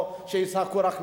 או שישחקו רק משחקים.